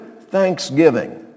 thanksgiving